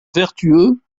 vertueux